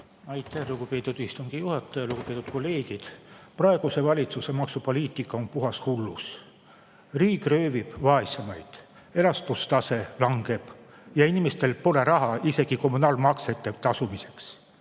Aitäh, lugupeetud istungi juhataja! Lugupeetud kolleegid! Praeguse valitsuse maksupoliitika on puhas hullus. Riik röövib vaesemaid, elatustase langeb ja inimestel pole raha isegi kommunaalmaksete tasumiseks.